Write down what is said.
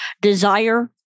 desire